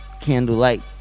candlelight